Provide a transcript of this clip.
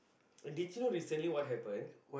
did you know recently what happened